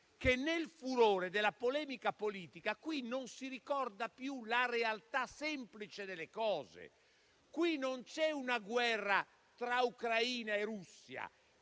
che nel furore della polemica politica non si ricordi più la realtà semplice delle cose: qui non c'è una guerra tra Ucraina e Russia,